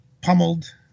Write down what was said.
pummeled